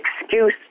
excuse